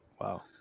Wow